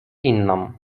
inną